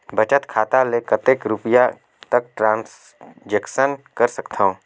बचत खाता ले कतेक रुपिया तक ट्रांजेक्शन कर सकथव?